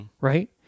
Right